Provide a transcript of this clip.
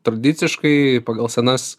tradiciškai pagal senas